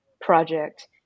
project